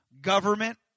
government